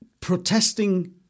protesting